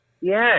yes